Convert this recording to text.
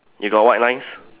you got white lines